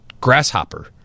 grasshopper